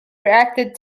reacted